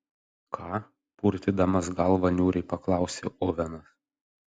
ką purtydamas galvą niūriai paklausė ovenas